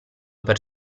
per